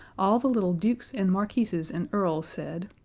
all the little dukes and marquises and earls said,